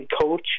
coach